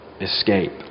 escape